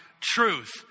truth